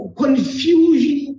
confusion